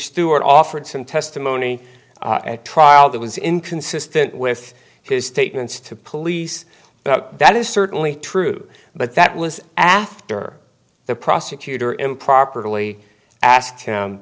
stewart offered some testimony at trial that was inconsistent with his statements to police but that is certainly true but that was after the prosecutor improperly asked him